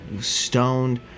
stoned